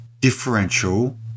differential